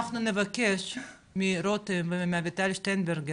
אנחנו נבקש מרותם ומאביטל שטרנברג